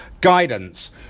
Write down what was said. guidance